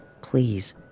Please